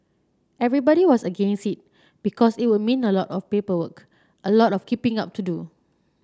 everybody was against it because it would mean a lot of paperwork a lot of keeping up to do